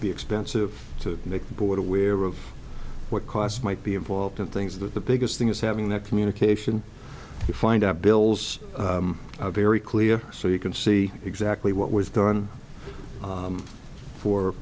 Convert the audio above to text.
be expensive to make the board aware of what costs might be involved in things that the biggest thing is having that communication you find out bills are very clear so you can see exactly what was going on for